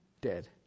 dead